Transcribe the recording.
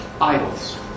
idols